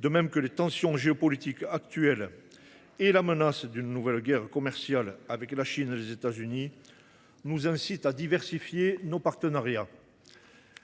de même que les tensions géopolitiques actuelles et la menace d’une nouvelle guerre commerciale avec la Chine et les États Unis nous incitent à diversifier nos partenariats.